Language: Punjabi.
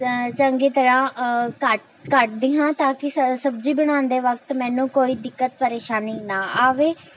ਚੰਗੀ ਤਰ੍ਹਾਂ ਕੱਟ ਕੱਟਦੀ ਹਾਂ ਤਾਂ ਕਿ ਸ ਸਬਜ਼ੀ ਬਣਾਉਣ ਦੇ ਵਕਤ ਮੈਨੂੰ ਕੋਈ ਦਿੱਕਤ ਪਰੇਸ਼ਾਨੀ ਨਾ ਆਵੇ